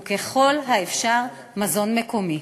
וככל האפשר מזון מקומי.